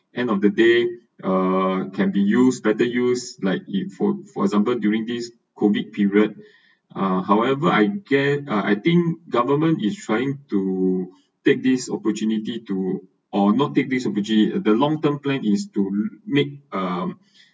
end of the day uh can be use better use like it for for example during this COVID period uh however I gue~ I think government is trying to take this opportunity to or not take this opportu~ the long term plan is to make um